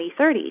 2030